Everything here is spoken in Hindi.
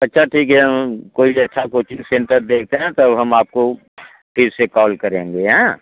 अच्छा ठीक है हम कोई अच्छा कोचिंग सेंटर देखते हैं तब हम आपको फिर से कॉल करेंगे हाँ